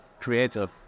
creative